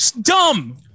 Dumb